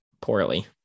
Poorly